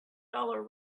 dollar